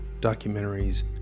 documentaries